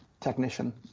technician